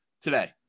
today